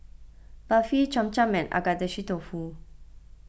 Barfi Cham Cham and Agedashi Dofu